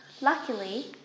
luckily